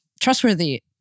trustworthy